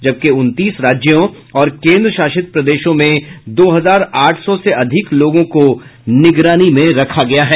जबकि उनतीस राज्यों और केन्द्रशासित प्रदेशों में दो हजार आठ सौ से अधिक लोगों को निगरानी में रखा गया है